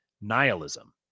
nihilism